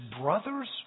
brothers